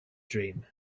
dream